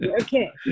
Okay